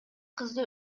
кызды